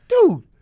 dude